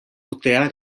urtea